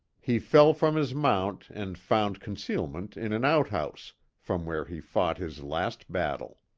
he fell from his mount and found concealment in an outhouse, from where he fought his last battle.